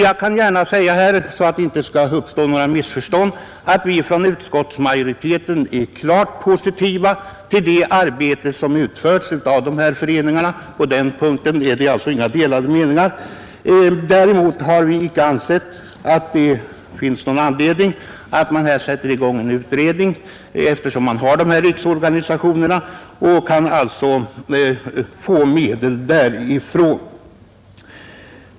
För att det inte skall uppstå något missförstånd vill jag också framhålla att vi i utskottsmajoriteten är klart positiva till det arbete som utförs av hembygdsföreningarna. På den punkten är det alltså inga delade meningar. Däremot har vi inte ansett att det finns någon anledning att man här sätter i gång en utredning, eftersom man har dessa riksorganisationer och man alltså kan få medel via dem.